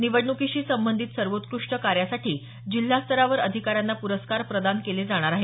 निवडणुकीशी संबंधित सर्वोत्कृष्ट कार्यासाठी जिल्हास्तरावर अधिकाऱ्यांना पुरस्कार प्रदान केले जाणार आहेत